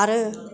आरो